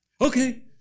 Okay